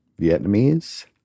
Vietnamese